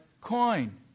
coin